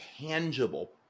tangible